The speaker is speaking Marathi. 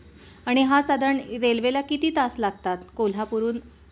आणि हा साधारण रेल्वेला किती तास लागतात कोल्हापूरहून